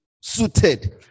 suited